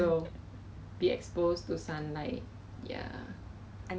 讲真的 right 我我是不喜欢吃 cheesecake 的人